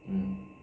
mm